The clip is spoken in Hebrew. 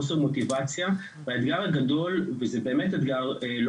חוסר מוטיבציה והאתגר הגדול וזה באמת אתגר לא